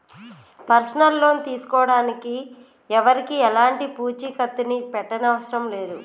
personal loan తీసుకోడానికి ఎవరికీ ఎలాంటి పూచీకత్తుని పెట్టనవసరం లేదు